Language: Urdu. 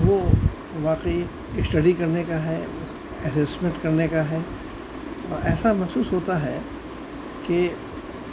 وہ واقعی اسٹڈی کرنے کا ہے ایسسمنٹ کرنے کا ہے اور ایسا محسوس ہوتا ہے کہ